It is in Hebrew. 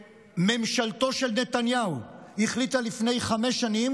שממשלתו של נתניהו החליטה לפני חמש שנים